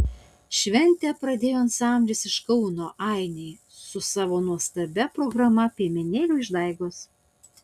šventę pradėjo ansamblis iš kauno ainiai su savo nuostabia programa piemenėlių išdaigos